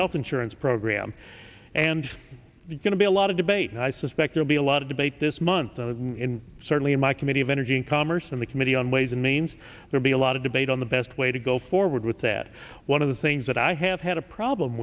health insurance program and you're going to be a lot of debate i suspect there'll be a lot of debate this month and in certainly in my committee of energy and commerce in the committee on ways and means there be a lot of debate on the best way to go forward with that one of the things that i have had a problem